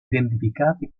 identificati